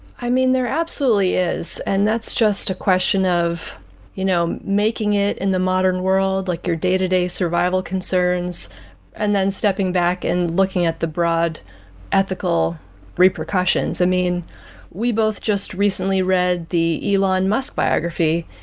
i mean there absolutely is, and that's just a question of you know making it in the modern world, like your day-to-day survival concerns and then stepping back and looking at the broad ethical repercussions. we both just recently read the elon musk biography,